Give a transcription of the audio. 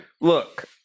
Look